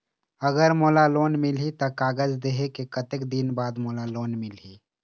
अगर मोला लोन मिलही त कागज देहे के कतेक दिन बाद मोला लोन मिलही?